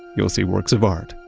you'll see works of art.